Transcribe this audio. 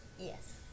Yes